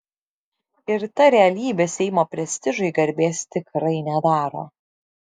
ir ta realybė seimo prestižui garbės tikrai nedaro